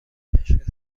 تشخیص